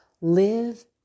live